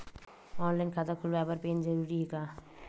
Online खाता खुलवाय बर पैन जरूरी हे का?